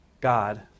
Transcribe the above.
God